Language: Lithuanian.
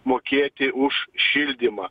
mokėti už šildymą